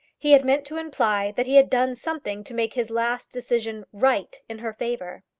he had meant to imply that he had done something to make his last decision right in her favour.